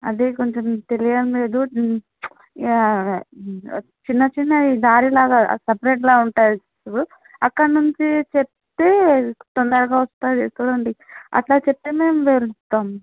అదే కొంచెం తెలియడం లేదు చిన్న చిన్న దారిలాగా సెపరేట్లాగా ఉంటాయి చూడు అక్కడి నుంచి చెప్తే తొందరగా వస్తుంది అక్కడ ఉండి అట్లా చెప్తే మేము వెళ్తాం